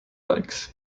legs